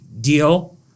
deal